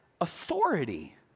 authority